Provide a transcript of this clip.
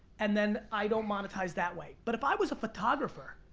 and then i don't monetize that way. but if i was a photographer,